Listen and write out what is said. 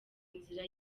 inzira